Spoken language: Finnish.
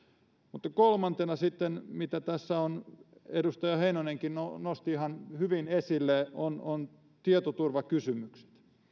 mutta kolmantena sitten mitä tässä edustaja heinonenkin nosti ihan hyvin esille ovat tietoturvakysymykset nämä